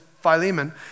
Philemon